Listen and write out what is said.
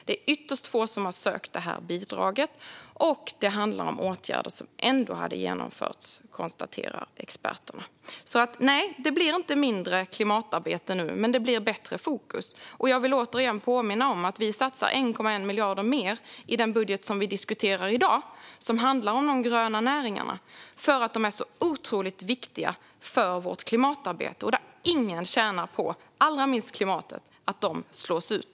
Det är ytterst få som har sökt bidraget, och det handlar om åtgärder som ändå hade genomförts, konstaterar experterna. Så nej, det blir inte mindre klimatarbete nu, men det blir ett bättre fokus. Jag vill återigen påminna om att vi satsar 1,1 miljarder mer i den budget som vi diskuterar i dag och som handlar om de gröna näringarna, eftersom de är så otroligt viktiga för vårt klimatarbete. Ingen - allra minst klimatet - tjänar på att de slås ut.